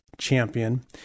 champion